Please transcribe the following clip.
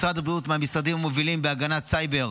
משרד הבריאות הוא מהמשרדים המובילים בהגנת סייבר,